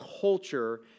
culture